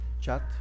chat